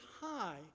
high